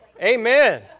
Amen